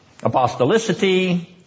apostolicity